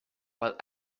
while